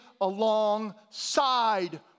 alongside